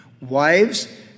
Wives